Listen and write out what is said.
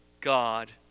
God